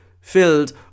filled